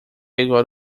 agora